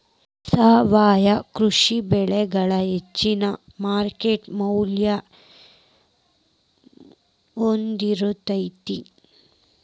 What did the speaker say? ಸಾವಯವ ಕೃಷಿ ಬೆಳಿಗೊಳ ಹೆಚ್ಚಿನ ಮಾರ್ಕೇಟ್ ಮೌಲ್ಯ ಹೊಂದಿರತೈತಿ